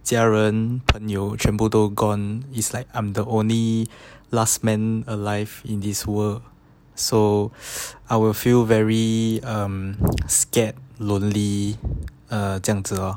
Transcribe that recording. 家人朋友全部都 gone it's like I'm the only last man alive in this world so I will feel very scared lonely ah 这样子 lor